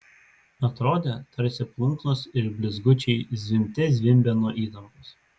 atrodė tarsi plunksnos ir blizgučiai zvimbte zvimbia nuo įtampos